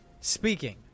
Speaking